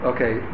Okay